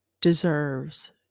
deserves